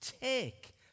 Take